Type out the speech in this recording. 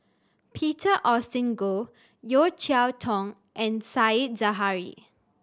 Peter Augustine Goh Yeo Cheow Tong and Said Zahari